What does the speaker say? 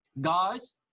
guys